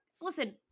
listen